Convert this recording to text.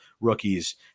rookies